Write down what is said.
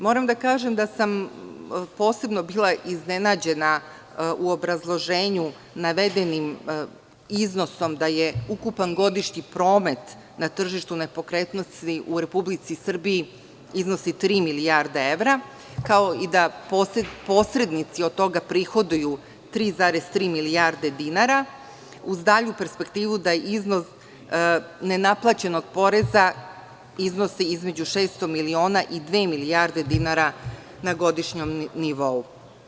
Moram da kažem da sam posebno bila iznenađena u obrazloženju navedenim iznosom da ukupan godišnji promet na tržištu nepokretnosti u Republici Srbiji iznosi tri milijarde evra, kao i da posrednici od toga prihoduju 3,3 milijarde dinara, uz dalju perspektivu da iznos nenaplaćenog poreza iznosi između 600 miliona i dve milijarde dinara na godišnjem nivou.